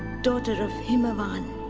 daughter of himavan,